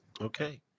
Okay